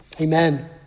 Amen